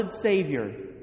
Savior